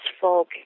folk